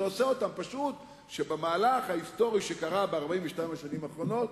זה עושה אותם פשוט במהלך ההיסטורי של 42 השנים האחרונות,